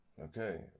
Okay